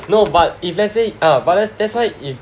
no but if let's say um but that's that's why if